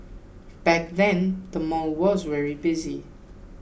back then the mall was very busy